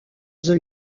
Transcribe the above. the